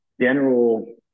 general